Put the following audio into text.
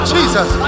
Jesus